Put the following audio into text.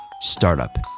startup